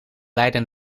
leiden